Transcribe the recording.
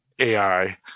AI